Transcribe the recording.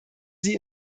sie